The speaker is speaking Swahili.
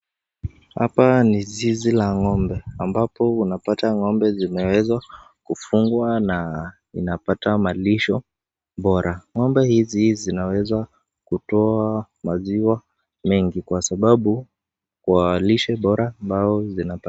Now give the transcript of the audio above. Hapa ni zizi la ng'ombe. Ambapo unapata ng'ombe zimeweza kufugwa na inapata malisho bora.Ng'ombe hizi zinaweza kutoa maziwa mengi. Kwa sababu wa lishe bora ambao zinapata.